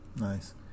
Nice